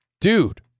Dude